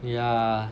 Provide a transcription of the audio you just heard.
yeah